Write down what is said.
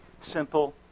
simple